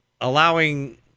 allowing